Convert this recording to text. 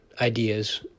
ideas